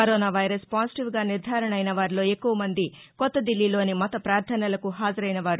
corona virus పాజిటివ్గా నిర్గారణ అయినవారిలో ఎక్కువ మంది కొత్తదిల్లీలోని మత ప్రార్గనలకు హాజరైనవారు